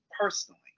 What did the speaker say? personally